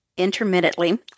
intermittently